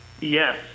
Yes